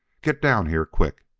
get down here, quick!